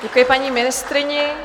Děkuji paní ministryni.